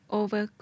over